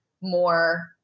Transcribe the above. more